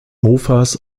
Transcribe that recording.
mofas